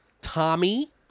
Tommy